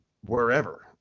wherever